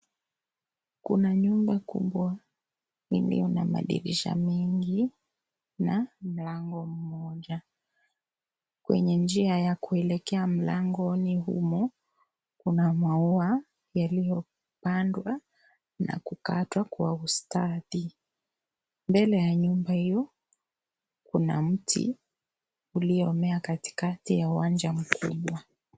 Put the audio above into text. Kuna nyumba kubwa iliyo na madirisha mingi na mlango mmoja. Kwenye njia ya kuelekea mlangoni humo kuna maua yaliyopandwa na kukatwa kwa ustadhi. Mbele ya nyumba hiyo kuna mti uliomea katikati ya uwanja mkubwa.